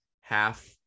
half